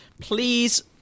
Please